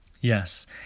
Yes